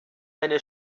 eine